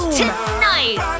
tonight